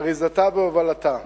אריזתה והובלתה.